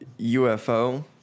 UFO